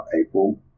April